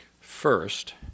First